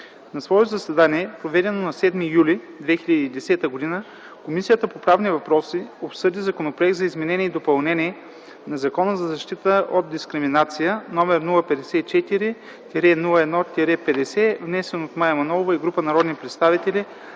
На свое заседание, проведено на 7 юли 2010 г., Комисията по правни въпроси обсъди Законопроект за изменение и допълнение на Закона за защита от дискриминация, № 054-01-50, внесен от Мая Манолова и група народни представители